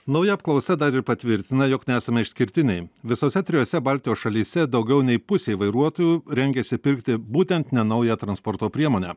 nauja apklausa dar ir patvirtina jog nesame išskirtiniai visose trijose baltijos šalyse daugiau nei pusė vairuotojų rengiasi pirkti būtent nenaują transporto priemonę